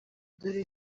dore